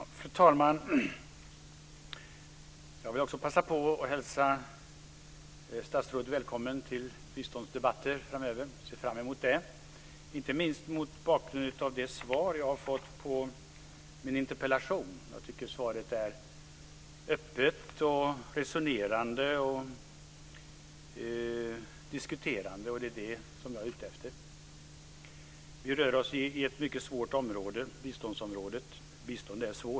Fru talman! Jag vill också passa på att hälsa statsrådet välkommen till biståndsdebatter framöver. Jag ser fram emot dem, inte minst mot bakgrund av det svar jag har fått på min interpellation. Svaret är öppet, resonerande och diskuterande. Det är det jag är ute efter. Vi rör oss på ett svårt område - biståndsområdet. Bistånd är svårt.